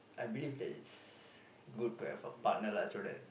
I believe that it's good to have a partner lah so that